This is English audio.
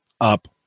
up